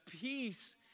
peace